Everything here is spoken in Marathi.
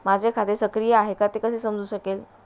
माझे खाते सक्रिय आहे का ते कसे समजू शकेल?